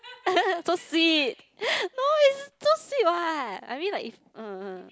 so sweet no it's so sweet what I mean like if uh